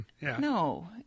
No